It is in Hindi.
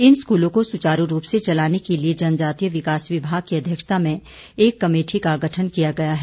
इन स्कूलों को सुचारू रूप से चलाने के लिए जनजातीय विकास विभाग की अध्यक्षता में एक कमेटी का गठन किया गया है